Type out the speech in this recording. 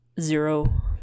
zero